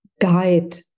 guide